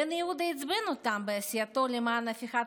בן יהודה עצבן אותם בעשייתו למען הפיכת